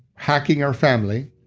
hacking our family,